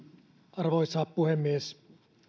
arvoisa puhemies